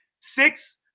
six